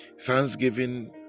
Thanksgiving